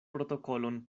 protokolon